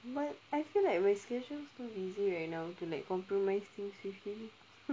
but I feel like my schedule's too busy right now to like compromise things with him